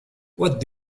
what